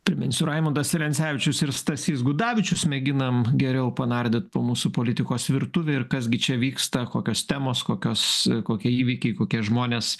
priminsiu raimundas celencevičius ir stasys gudavičius mėginam geriau panardyt po mūsų politikos virtuvę ir kas gi čia vyksta kokios temos kokios kokie įvykiai kokie žmonės